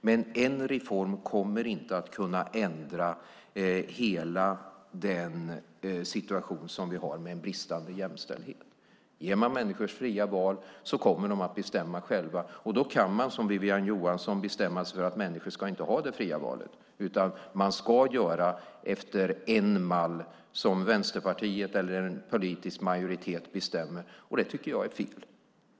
Men en reform kommer inte att kunna ändra hela den situation som vi har med en bristande jämställdhet. Ger man människor fria val kommer de att bestämma själva. Då kan man som Wiwi-Anne Johansson bestämma sig för att människor inte ska ha det fria valet utan att man ska göra efter en mall som Vänsterpartiet eller en politisk majoritet bestämmer, och det tycker jag är fel.